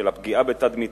של הפגיעה בתדמיתה,